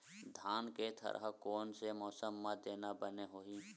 धान के थरहा कोन से मौसम म देना बने होही?